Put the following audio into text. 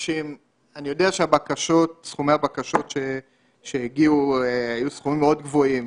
אני יודע שסכומי הבקשות שהגיעו היו סכומים מאוד גבוהים